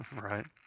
Right